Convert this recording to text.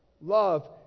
love